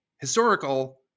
historical